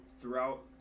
throughout